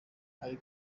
ari